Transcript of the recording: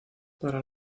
para